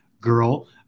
girl